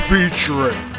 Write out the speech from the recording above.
Featuring